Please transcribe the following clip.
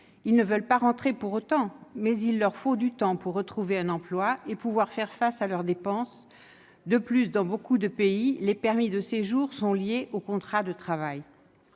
Ils ne veulent pas rentrer pour autant, mais il leur faut du temps pour retrouver un emploi et faire face à leurs dépenses. De plus, dans beaucoup de pays, les permis de séjour sont liés aux contrats de travail.